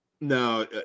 No